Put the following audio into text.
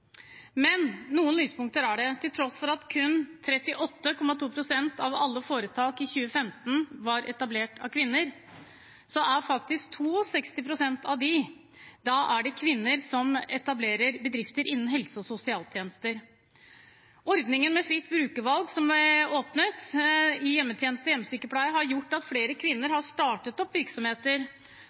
Men noen lyspunkter er det. Til tross for at kun 38,2 pst. av alle foretak i 2015 var etablert av kvinner, er faktisk 62 pst. av dem kvinner som etablerer bedrifter innen helse- og sosialtjenester. Ordningen med fritt brukervalg, som er åpnet i hjemmetjeneste og hjemmesykepleie, har gjort at flere kvinner har startet opp virksomheter.